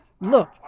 Look